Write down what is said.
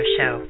Show